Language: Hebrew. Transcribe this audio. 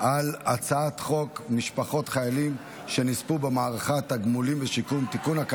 על הצעת חוק משפחות חיילים שנספו במערכה (תגמולים ושיקום) (תיקון,